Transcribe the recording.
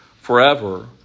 forever